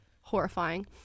Horrifying